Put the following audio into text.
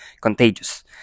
Contagious